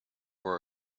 were